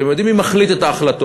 אתם יודעים מי מחליט את ההחלטות.